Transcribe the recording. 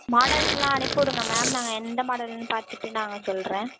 மாடல்ஸ்லாம் அனுப்பிவிடுங்க மேம் நாங்கள் எந்த மாடல்னு பார்த்துட்டு நாங்கள் சொல்கிறேன்